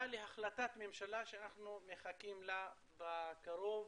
להחלטת ממשלה שאנחנו מחכים לה בקרוב